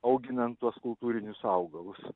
auginan tuos kultūrinius augalus